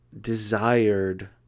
desired